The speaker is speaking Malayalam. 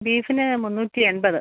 ബീഫിന് മുന്നൂറ്റി എൺപത്